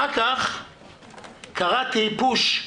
אחר כך קראתי פוש,